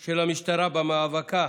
של המשטרה במאבקה